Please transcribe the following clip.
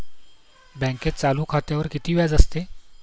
बँकेत चालू खात्यावर किती व्याज असते?